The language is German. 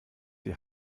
die